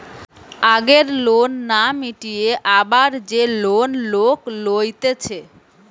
আগের লোন না মিটিয়ে আবার যে লোন লোক লইতেছে